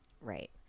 Right